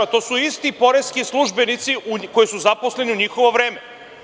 To su isti poreski službenici koji su zaposleni u njihovo vreme.